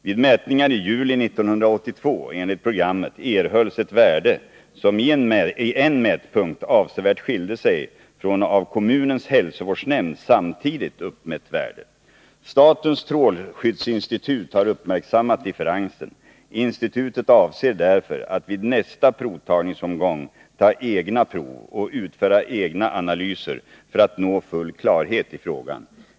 Vid mätningar i juli 1982 enligt programmet erhölls ett värde som i en mätpunkt avsevärt skilde sig från av kommunens hälsovårdsnämnd samtidigt uppmätt värde. Statens strålskyddsinstitut har uppmärksammat differensen. Institutet avser därför att vid nästa provtagningsomgång ta egna prov och utföra egna analyser för att nå full klarhet i frågan.